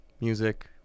music